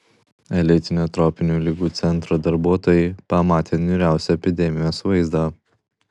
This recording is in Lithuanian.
elitinio tropinių ligų centro darbuotojai pamatė niūriausią epidemijos vaizdą